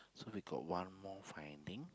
so we got one more finding